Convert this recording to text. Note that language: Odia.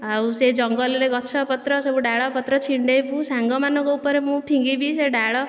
ଆଉ ସେ ଜଙ୍ଗଲରେ ଗଛ ପତ୍ର ସବୁ ଡାଳ ପତ୍ର ଛିଣ୍ଡେଇବୁ ସାଙ୍ଗମାନଙ୍କ ଉପରେ ମୁଁ ଫିଙ୍ଗିବି ମୁଁ ସେ ଡାଳ